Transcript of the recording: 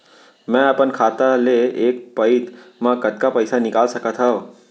मैं अपन खाता ले एक पइत मा कतका पइसा निकाल सकत हव?